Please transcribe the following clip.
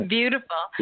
Beautiful